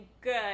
good